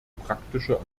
praktische